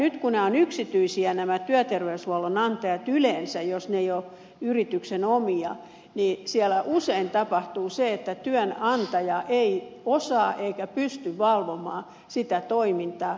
nyt kun nämä työterveyshuollon antajat ovat yleensä yksityisiä jos ne eivät ole yrityksen omia niin siellä usein tapahtuu se että työnantaja ei osaa eikä pysty valvomaan sitä toimintaa